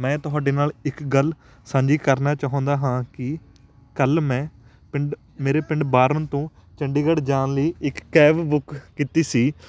ਮੈਂ ਤੁਹਾਡੇ ਨਾਲ ਇੱਕ ਗੱਲ ਸਾਂਝੀ ਕਰਨਾ ਚਾਹੁੰਦਾ ਹਾਂ ਕਿ ਕੱਲ੍ਹ ਮੈਂ ਪਿੰਡ ਮੇਰੇ ਪਿੰਡ ਬਾਰਨ ਤੋਂ ਚੰਡੀਗੜ੍ਹ ਜਾਣ ਲਈ ਇੱਕ ਕੈਬ ਬੁੱਕ ਕੀਤੀ ਸੀ